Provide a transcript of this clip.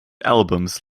albums